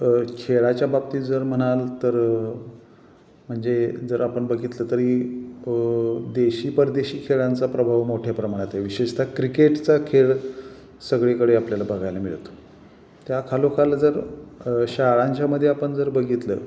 खेळाच्या बाबतीत जर म्हणाल तर म्हणजे जर आपण बघितलं तरी देशी परदेशी खेळांचा प्रभाव मोठ्या प्रमाणात आहे विशेषता क्रिकेटचा खेळ सगळीकडे आपल्याला बघायला मिळतो त्या खालोखाल जर शाळांच्यामध्ये आपण जर बघितलं